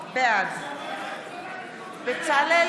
בעד בצלאל